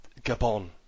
Gabon